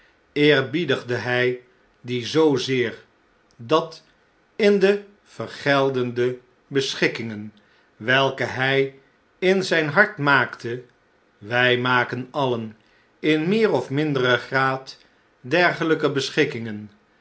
eerbiedigde hi dien zoozeer dat in de vergeldende beschikkingen welke hij in zn'n hart maakte wij maken alien in meer of mindere graad dergeljjke beschikkingen